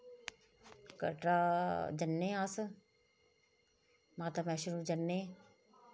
कटरा जन्ने अस माता बैष्णो जन्ने